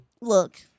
Look